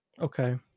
Okay